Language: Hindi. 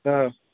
हाँ